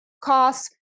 costs